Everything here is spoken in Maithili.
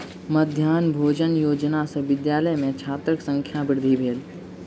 मध्याह्न भोजन योजना सॅ विद्यालय में छात्रक संख्या वृद्धि भेल